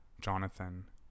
Jonathan